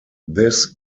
this